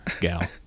gal